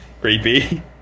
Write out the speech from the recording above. Creepy